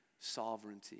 sovereignty